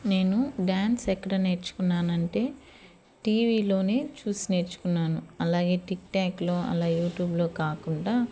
నేను డాన్స్ ఎక్కడ నేర్చుకున్నాను అంటే టివీల్లోని చూసి నేర్చుకున్నాను అలాగే టిక్టాక్లో అలాగే యూట్యూబ్లో కాకుండా